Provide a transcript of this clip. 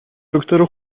دکتر